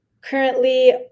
currently